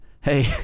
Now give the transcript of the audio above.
Hey